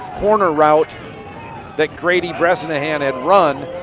corner route that grady bresnahan had run